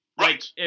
Right